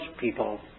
people